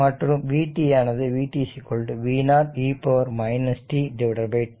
மற்றும் vt ஆனது vt v0 e tτ